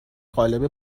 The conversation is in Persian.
قالب